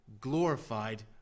glorified